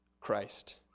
Christ